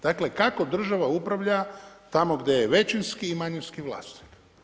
Dakle, kako država upravlja tamo gdje je većinski i manjinski vlasnik.